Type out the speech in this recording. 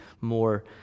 more